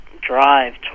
drive